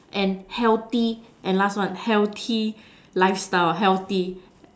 and healthy and last one healthy lifestyle or healthy